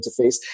interface